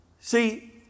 See